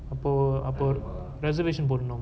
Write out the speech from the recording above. அப்போ இப்போ:appo ippo reservation பண்ணனும்:pannanum